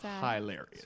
hilarious